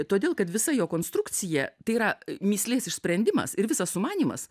todėl kad visa jo konstrukcija tai yra mįslės išsprendimas ir visas sumanymas